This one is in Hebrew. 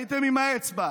הייתם עם האצבע,